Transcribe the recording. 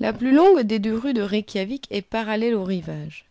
la plus longue des deux rues de reykjawik est parallèle au rivage